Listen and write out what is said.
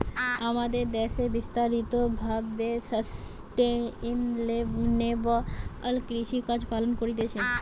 আমাদের দ্যাশে বিস্তারিত ভাবে সাস্টেইনেবল কৃষিকাজ পালন করতিছে